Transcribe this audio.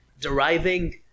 Deriving